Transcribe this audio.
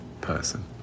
person